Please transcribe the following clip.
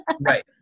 Right